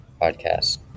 podcast